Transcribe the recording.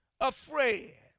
afraid